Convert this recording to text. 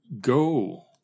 go